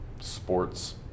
sports